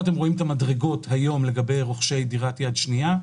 אתם רואים את המדרגות היום לגבי רוכשי דירה שנייה.